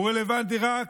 הוא רלוונטי רק